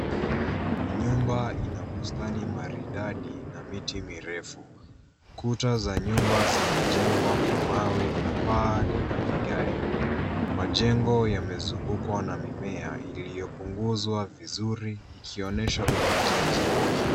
Nyumba ina bustani maridadi na miti mirefu. Kuta za nyumba zimejengwa kwa mawe na paa lina vigae. Majengo yamezungukwa na mimea iliyopunguzwa vizuri ikionyesha utunzaji wake.